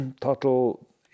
total